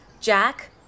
Jack